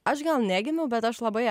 aš gal negimiau bet aš labai